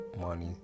money